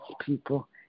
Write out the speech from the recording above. people